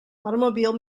automobile